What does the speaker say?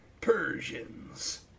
Persians